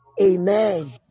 Amen